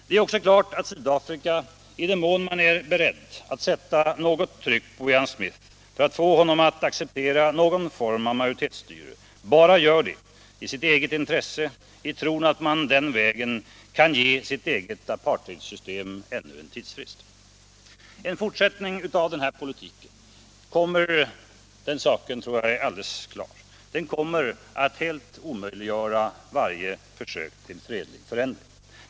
Det är ju också klart att Sydafrika, i den mån man alls är beredd att sätta nytt tryck på Ian Smith för att få honom att acceptera någon form av majoritetsstyre, bara gör det i sitt eget intresse i tron att man den vägen kan ge sitt eget apartheidsystem ännu en tidsfrist. En fortsättning av denna politik kommer — den saken torde vara helt klar — att omöjliggöra varje försök till en fredlig förändring.